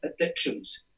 addictions